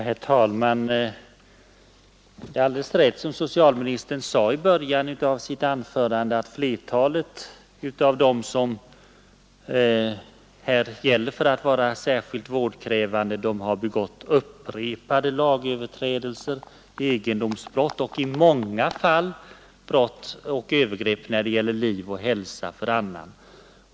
Herr talman! Det är alldeles rätt som socialministern sade i början av sitt anförande att flertalet av dem som gäller för att vara särskilt vårdkrävande har begått upprepade lagöverträdelser, egendomsbrott och i många fall övergrepp i fråga om liv och hälsa för annan.